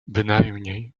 bynajmniej